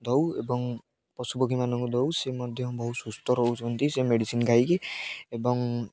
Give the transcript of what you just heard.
ଦେଉ ଏବଂ ପଶୁପକ୍ଷୀମାନଙ୍କୁ ଦେଉ ସେ ମଧ୍ୟ ବହୁ ସୁସ୍ଥ ରହୁନ୍ତି ସେ ମେଡ଼ିସିନ୍ ଖାଇକି ଏବଂ